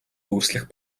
дүрслэх